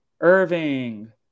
Irving